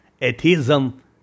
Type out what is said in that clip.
atheism